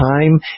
time